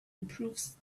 improves